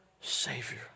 Savior